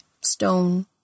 stone